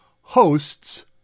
hosts